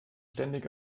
ständig